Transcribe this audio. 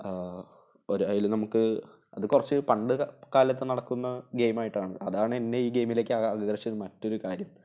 ഒരു അതിൽ നമുക്ക് അത് കുറച്ച് പണ്ട് കാലത്ത് നടക്കുന്ന ഗെയിമായിട്ടാണ് അതാണ് എന്നെ ഈ ഗെയിമിലേക്ക് ആകർഷിക്കാൻ മറ്റൊരു കാര്യം